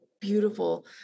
beautiful